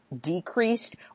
decreased